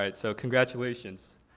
um so congratulations.